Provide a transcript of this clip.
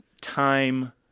time